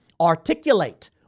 articulate